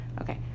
okay